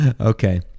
Okay